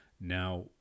now